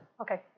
Okay